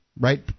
right